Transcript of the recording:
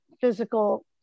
physical